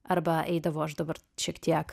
arba eidavo aš dabar šiek tiek